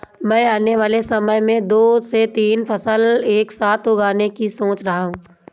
मैं आने वाले समय में दो से तीन फसल एक साथ उगाने की सोच रहा हूं